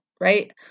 right